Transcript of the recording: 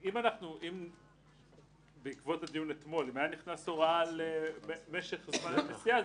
אם בעקבות הדיון אתמול היתה נכנסת הוראה על משך זמן הנסיעה,